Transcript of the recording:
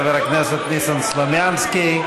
חבר הכנסת ניסן סלומינסקי.